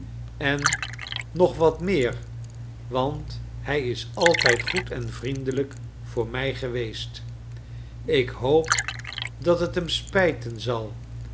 en nog wat meer want hij is altijd goed en vriendelijk voor mij geweest ik hoop dat het hem spijten zal